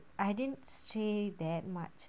I didn't say that much